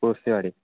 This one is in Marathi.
पुर्सेवाडीत